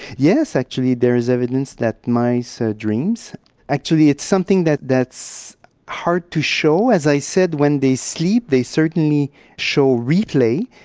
yes, actually there is evidence that mice ah dream. so actually it's something that is hard to show. as i said, when they sleep they certainly show replay,